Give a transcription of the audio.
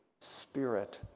spirit